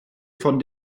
von